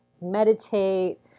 meditate